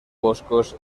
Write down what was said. boscos